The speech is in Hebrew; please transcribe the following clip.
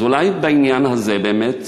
אז אולי בעניין הזה באמת